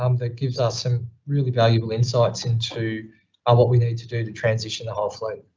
um that gives us some really valuable insights into what we need to do to transition the whole fleet.